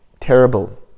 terrible